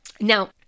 Now